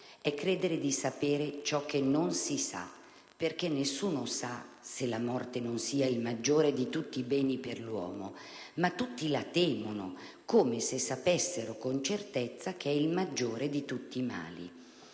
è credere di sapere ciò che non si sa. Perché nessuno sa se la morte non sia il maggiore di tutti i beni per l'uomo, ma tutti la temono, come se sapessero con certezza che è il maggiore di tutti i mali.